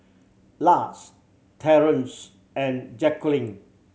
Lars Terrance and Jacqueline